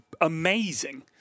amazing